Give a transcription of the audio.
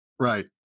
Right